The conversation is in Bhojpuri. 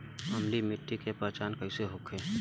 अम्लीय मिट्टी के पहचान कइसे होखे?